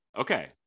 Okay